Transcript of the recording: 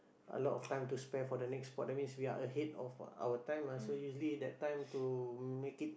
a lot of time to spare for the next boat that means we are ahead of our time ah so usually that time to make it